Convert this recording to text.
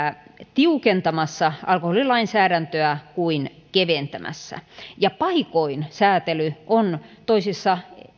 tiukentamassa alkoholilainsäädäntöä kuin keventämässä sitä paikoin säätely on toisissa